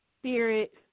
spirit